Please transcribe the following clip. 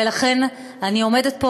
ולכן אני עומדת פה,